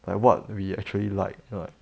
like what we actually like and like